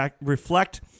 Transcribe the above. reflect